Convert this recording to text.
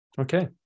Okay